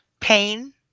Pain